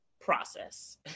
process